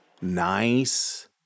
nice